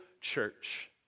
church